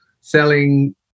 selling